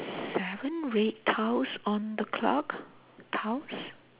seven red tiles on the clock tiles